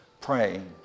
praying